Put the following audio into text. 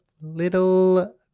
Little